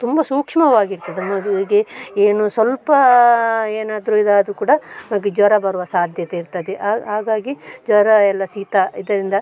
ತುಂಬ ಸೂಕ್ಷ್ಮವಾಗಿರ್ತದೆ ಮಗುವಿಗೆ ಏನು ಸ್ವಲ್ಪ ಏನಾದರೂ ಇದಾದರೂ ಕೂಡ ಮಗು ಜ್ವರ ಬರುವ ಸಾಧ್ಯತೆ ಇರ್ತದೆ ಹಾಗಾಗಿ ಜ್ವರ ಎಲ್ಲ ಶೀತ ಇದರಿಂದ